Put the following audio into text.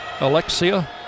Alexia